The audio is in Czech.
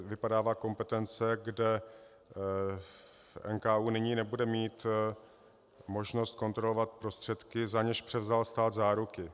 Vypadává kompetence, kde NKÚ nyní nebude mít možnost kontrolovat prostředky, za něž převzal stát záruky.